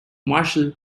marshall